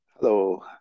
Hello